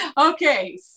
Okay